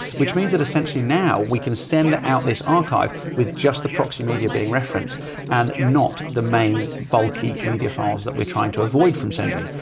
which means that essentially now we can send out this archive with just the proxy media being referenced and not the main bulky media files that we're trying to avoid from sending,